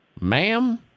Ma'am